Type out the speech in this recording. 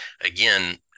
again